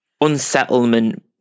unsettlement